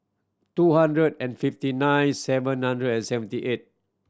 two hundred and fifty nine seven hundred and seventy eight